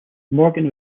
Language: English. morgan